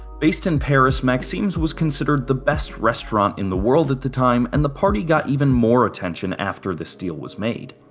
based in paris, maxim's was considered the best restaurant in the world at the time. and the party got even more attention after this deal was made.